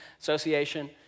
Association